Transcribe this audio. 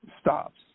stops